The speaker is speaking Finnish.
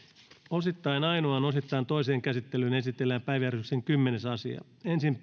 osittain ainoaan osittain toiseen käsittelyyn esitellään päiväjärjestyksen kymmenes asia ensin